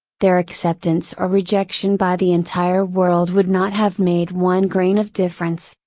their acceptance or rejection by the entire world would not have made one grain of difference,